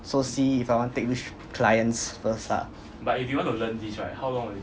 so see if I want take which clients first ah